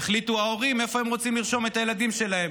יחליטו ההורים איפה הם רוצים לרשום את הילדים שלהם,